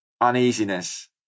uneasiness